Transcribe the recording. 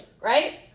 right